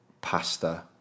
Pasta